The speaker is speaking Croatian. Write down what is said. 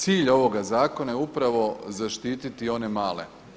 Cilj ovoga zakona je upravo zaštititi one male.